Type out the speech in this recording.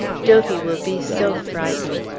dophy will be so frightened.